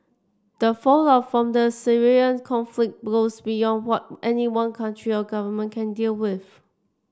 the fallout from the Syrian conflict goes beyond what any one country or government can deal with